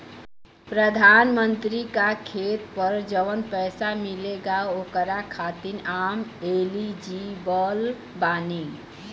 प्रधानमंत्री का खेत पर जवन पैसा मिलेगा ओकरा खातिन आम एलिजिबल बानी?